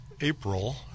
April